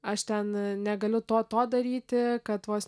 aš ten negaliu to to daryti kad vos